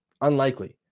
unlikely